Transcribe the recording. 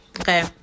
Okay